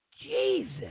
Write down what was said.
Jesus